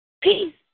Peace